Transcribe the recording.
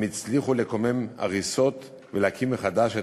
הם הצליחו לקומם הריסות ולהקים מחדש את